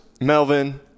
Melvin